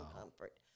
comfort